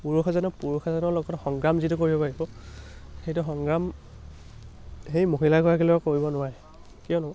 পুৰুষ এজনৰ পুৰুষ এজনৰ লগত সংগ্ৰাম যিটো কৰিব পাৰিব সেইটো সংগ্ৰাম সেই মহিলাগৰাকীৰ লগত কৰিব নোৱাৰে কিয়নো